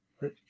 right